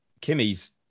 Kimmy's